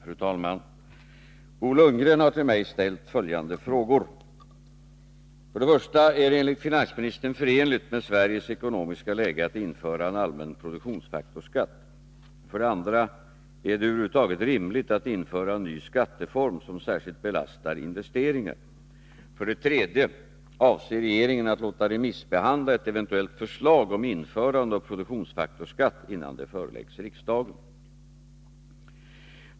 Fru talman! Bo Lundgren har till mig ställt följande frågor: 1. Är det enligt finansministern förenligt med Sveriges ekonomiska läge att införa en allmän produktionsfaktorsskatt? 2. Är det över huvud taget rimligt att införa en ny skatteform som särskilt belastar investeringar? 3. Avser regeringen att låta remissbehandla ett eventuellt förslag om införande av produktionsfaktorsskatt innan det föreläggs riksdagen?